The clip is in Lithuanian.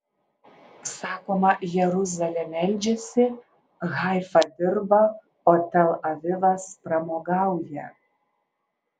sakoma jeruzalė meldžiasi haifa dirba o tel avivas pramogauja